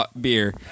beer